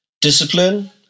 discipline